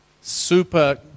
super